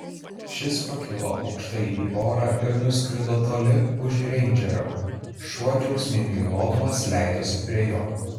šis pakilo aukštai į orą ir nuskrido toli už reindžerio šuo džiaugsmingai lodamas leidosi prie jo